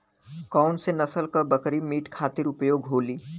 कौन से नसल क बकरी मीट खातिर उपयोग होली?